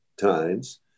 times